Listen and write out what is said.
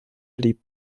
blieb